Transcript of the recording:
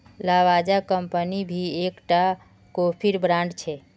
Lavazza company भी एक टा कोफीर ब्रांड छे